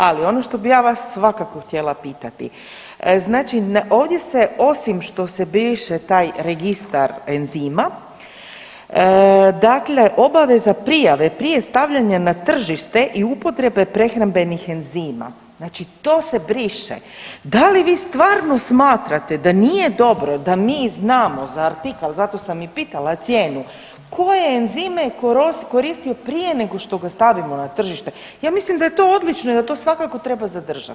Ali ono što bi ja vas svakako htjela pitati, znači ovdje se osim što se briše taj registar enzima, dakle obaveza prijave prije stavljanja na tržište i upotrebe prehrambenih enzima, znači to se briše, da li vi stvarno smatrate da nije dobro da mi znamo za artikl, zato sam i pitala cijenu, koje enzime je koristio prije nego što ga stavimo na tržište, ja mislim da je to odlično i da to svakako treba zadržati.